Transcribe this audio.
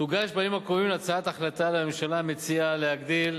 תוגש בימים הקרובים הצעת החלטה לממשלה המציעה להגדיל